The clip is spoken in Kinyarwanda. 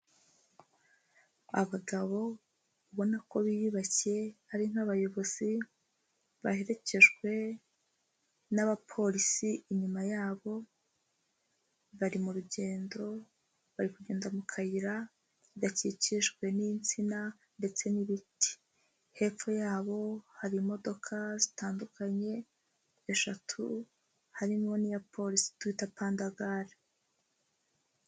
Abagabo ubona ko biyubashye ari nk'abayobozi, baherekejwe n'abapolisi inyuma yabo, bari mu rugendo, bari kugenda mu kayira gakikijwe n'insina ndetse n'ibiti, hepfo yabo hari imodoka zitandukanye, eshatu, harimo n'iya polisi twita pandagali.